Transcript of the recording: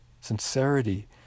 sincerity